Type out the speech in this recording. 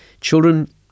Children